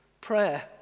prayer